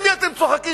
על מי אתם צוחקים?